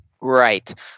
Right